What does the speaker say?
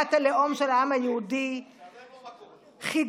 כמדינת הלאום של העם היהודי: חדלו,